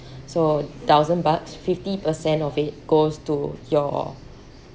so thousand bucks fifty percent of it goes to your